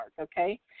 okay